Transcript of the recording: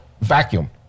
vacuum